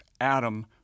Adam